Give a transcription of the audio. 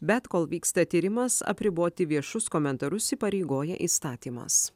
bet kol vyksta tyrimas apriboti viešus komentarus įpareigoja įstatymas